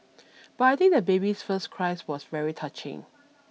but I think the baby's first cry was very touching